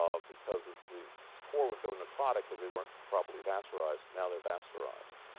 um because the so core would go necrotic because they weren't properly vascurized. now they're vascurized.